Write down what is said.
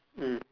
mm